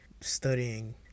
studying